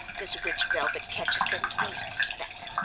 this rich velvet catches the least speck.